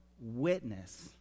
witness